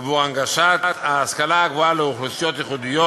להנגשת ההשכלה הגבוהה לאוכלוסיות ייחודיות,